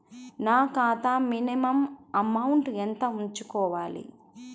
నా ఖాతా minimum amount ఎంత ఉంచుకోవాలి?